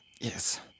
Yes